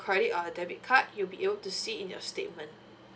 credit or a debit card you'll be able to see in your statement